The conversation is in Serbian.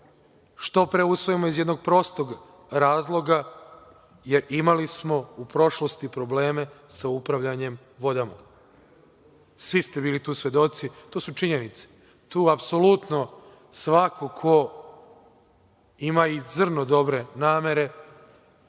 što pre usvojimo iz jednog prostog razloga, jer imali smo u prošlosti probleme sa upravljanjem vode. Svi ste bili tu svedoci, to su činjenice. Tu apsolutno svako ko ima i zrno dobre namere